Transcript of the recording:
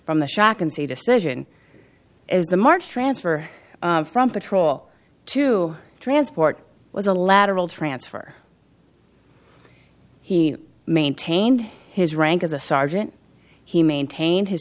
from the shock and say decision as the march transfer from patrol to transport was a lateral transfer he maintained his rank as a sergeant he maintained his